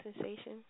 sensation